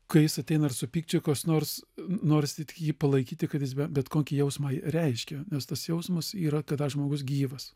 kai jis ateina ir su pykčiu kas nors nors tik jį palaikyti kad jis bet kokį jausmą reiškia nes tas jausmas yra kada žmogus gyvas